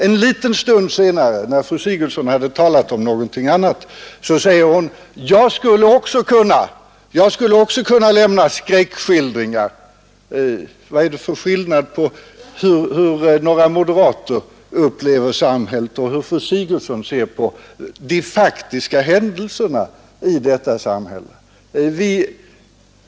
En liten stund senare — när hon talat om någonting annat — sade hon att hon också skulle kunna lämna skräckskildringar! Vad är det för skillnad på hur några moderater upplever samhället och på hur fru Sigurdsen upplever de faktiska händelserna i detta samhälle?